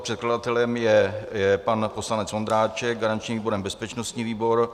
Předkladatelem je pan poslanec Ondráček, garančním výborem bezpečnostní výbor.